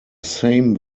same